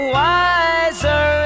wiser